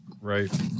Right